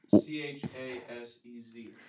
C-H-A-S-E-Z